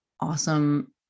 awesome